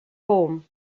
home